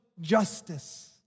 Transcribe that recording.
justice